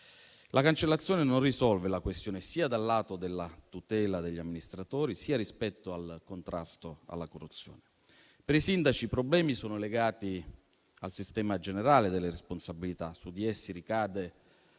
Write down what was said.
La cancellazione non risolve la questione sia dal lato della tutela degli amministratori sia rispetto al contrasto alla corruzione. Per i sindaci i problemi sono legati al sistema generale delle responsabilità e il nodo